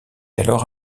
alors